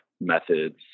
methods